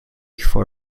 for